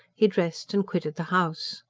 he dressed and quitted the house.